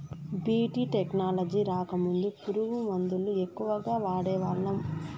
BT technology రాకముందు పురుగు మందుల ఎక్కువగా వాడేవాళ్ళం